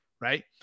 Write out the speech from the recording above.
right